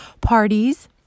parties